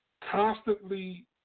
constantly